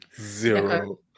Zero